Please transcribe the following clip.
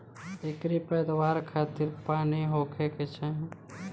एकरी पैदवार खातिर पानी होखे के चाही